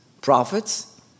prophets